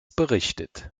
berichtet